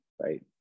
right